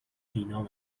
بینام